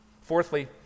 Fourthly